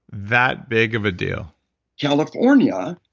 that big of a deal california